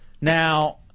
Now